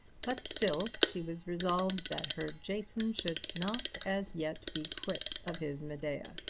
but still she was resolved that her jason should not as yet be quit of his medea.